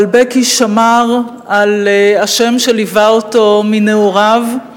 אבל בקי שמר על השם שליווה אותו מנעוריו,